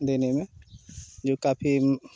देने में जो काफ़ी